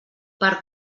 per